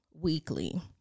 weekly